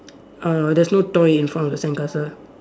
uh there's no toy in front of the sandcastle